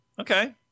okay